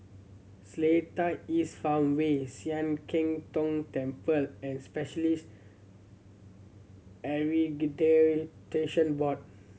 Seletar East Farmway Sian Keng Tong Temple and Specialists Accreditation Board